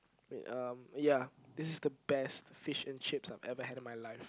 wait um ya this is the best fish and chips I've ever had in my life